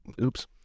oops